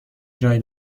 جای